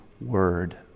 word